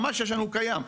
ממש יש לנו בית קיים,